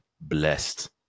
blessed